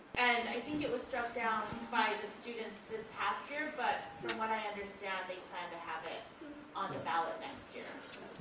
and i think it was struck down by the students this past year, but from what i understand they kind of have it on the ballot